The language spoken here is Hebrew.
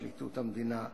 פרקליטות המדינה,